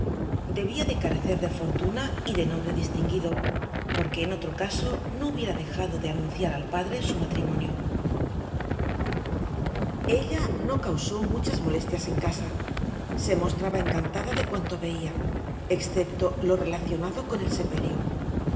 debía de carecer de fortuna y de nombre distinguido porque en otro caso no hubiera dejado de anunciar al padre su matrimonio ella no causó muchas molestias en casa se mostraba encantada de cuanto veía excepto lo relacionado con el sepelio